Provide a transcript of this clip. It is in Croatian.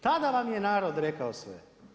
Tada vam je narod rekao sve.